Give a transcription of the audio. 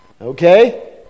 Okay